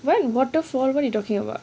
what waterfall what you talking about